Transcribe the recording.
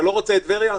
אתה לא רוצה את טבריה?